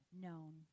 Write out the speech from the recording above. known